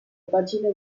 pagine